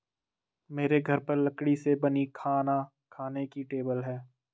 मेरे घर पर लकड़ी से बनी खाना खाने की टेबल है